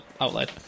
outlet